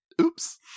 Oops